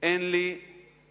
אין לי תקציב